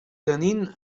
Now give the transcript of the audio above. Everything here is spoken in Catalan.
tenint